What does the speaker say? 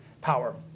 power